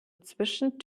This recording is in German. zwischen